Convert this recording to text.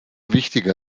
wichtige